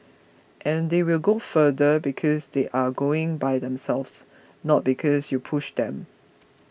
and they will go further because they are going by themselves not because you pushed them